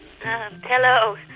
hello